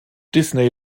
disney